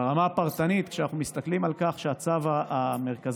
ברמה הפרטנית, כשאנחנו מסתכלים על כך שהצו המרכזי